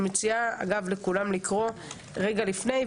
אני מציעה לכולם לקרוא רגע לפני.